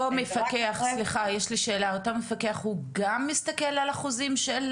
אותו מפקח הוא גם מסתכל על החוזים של